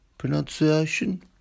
pronunciation